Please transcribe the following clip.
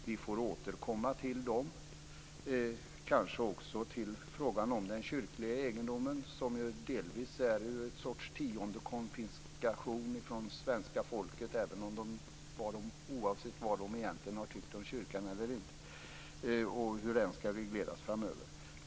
Vi får återkomma till dem, och kanske också till frågan om den kyrkliga egendomen, som ju delvis är en sorts tiondekonfiskation från svenska folket - oavsett vad det egentligen har tyckt om kyrkan och hur den skall regleras framöver.